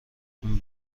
این